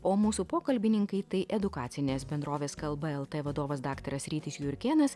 o mūsų pokalbininkai tai edukacinės bendrovės kalba lt vadovas daktaras rytis jurkėnas